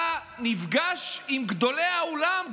אתה נפגש עם גדולי העולם,